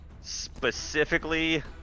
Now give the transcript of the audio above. specifically